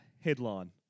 Headline